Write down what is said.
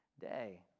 day